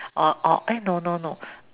oh oh eh no no no